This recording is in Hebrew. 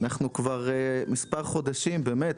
אנחנו כבר כמה חודשים באמת,